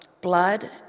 blood